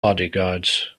bodyguards